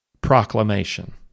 proclamation